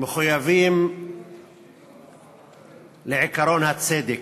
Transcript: מחויבים לעקרון הצדק.